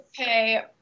Okay